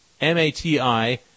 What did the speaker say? M-A-T-I